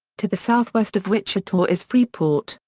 to the southwest of wichita is freeport,